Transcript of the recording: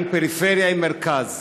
האם פריפריה האם מרכז.